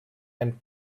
and